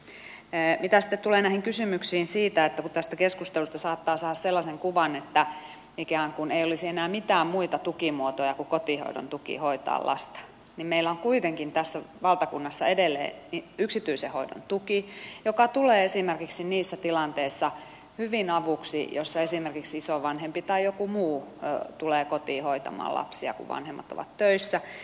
mitä sitten tulee näihin kysymyksiin siitä että tästä keskustelusta saattaa saada sellaisen kuvan että ikään kuin lapsen hoitamiseen ei olisi enää mitään muita tukimuotoja kuin kotihoidon tuki niin meillä on kuitenkin tässä valtakunnassa edelleen yksityisen hoidon tuki joka tulee hyvin avuksi esimerkiksi niissä tilanteissa joissa esimerkiksi isovanhempi tai joku muu tulee kotiin hoitamaan lapsia kun vanhemmat ovat töissä